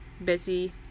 Betty